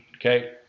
okay